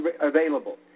available